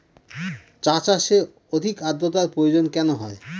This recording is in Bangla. চা চাষে অধিক আদ্রর্তার প্রয়োজন কেন হয়?